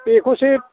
बेखौसो